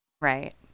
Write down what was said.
Right